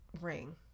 ring